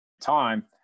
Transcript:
time